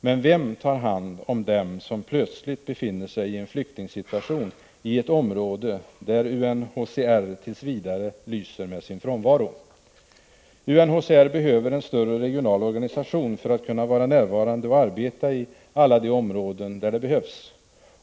Men vem tar hand om dem som plötsligt befinner sig i en flyktingsituation i ett område där UNHCR tills vidare lyser med sin frånvaro? UNHCR behöver en större regional organisation för att kunna vara närvarande och arbeta i alla de områden där det behövs.